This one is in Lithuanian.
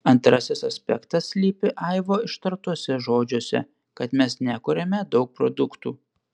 antrasis aspektas slypi aivo ištartuose žodžiuose kad mes nekuriame daug produktų